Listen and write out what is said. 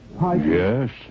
Yes